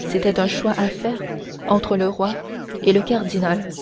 c'était un choix à faire entre le roi et le cardinal